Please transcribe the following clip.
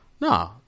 No